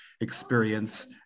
experience